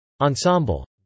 Ensemble